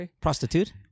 Prostitute